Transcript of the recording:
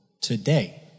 today